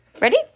Ready